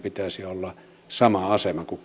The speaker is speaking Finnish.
pitäisi olla sama asema kuin